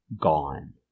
gone